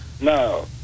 No